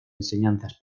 enseñanzas